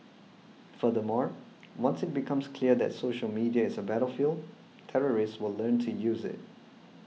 furthermore once it becomes clear that social media is a battlefield terrorists will learn to use it